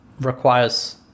requires